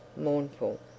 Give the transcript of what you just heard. mournful